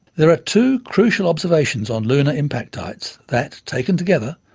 there are two crucial observations on lunar impactites that, taken together,